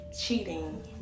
cheating